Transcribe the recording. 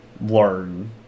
learn